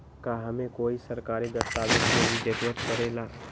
का हमे कोई सरकारी दस्तावेज के भी जरूरत परे ला?